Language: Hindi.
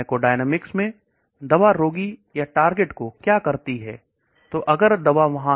फार्माकोडायनेमिक्स में दबा रोगी या टारगेट को क्या करती है यह जाना जाता है